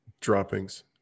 droppings